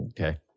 Okay